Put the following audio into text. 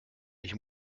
ich